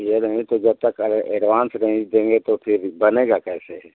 तो जब तक अरे एडवान्स नहीं देंगे तो फिर बनेगा कैसे